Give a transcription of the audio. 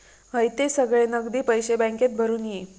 हयते सगळे नगदी पैशे बॅन्केत भरून ये